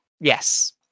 Yes